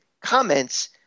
comments